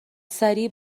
سریع